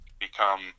become